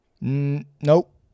nope